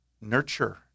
Nurture